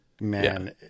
man